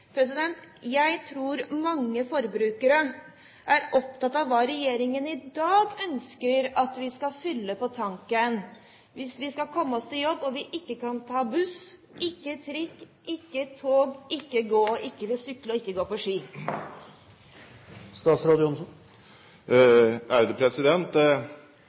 Jeg tror mange forbrukere er opptatt av hva regjeringen i dag ønsker at vi skal fylle på tanken hvis vi skal komme oss til jobb og vi ikke kan ta buss, ikke trikk, ikke tog, ikke gå, ikke sykle og ikke gå på ski.